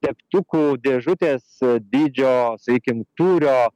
degtukų dėžutės dydžio sakykim tūrio